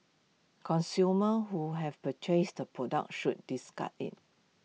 consumers who have purchased the product should discard IT